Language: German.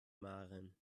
maren